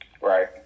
Right